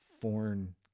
foreign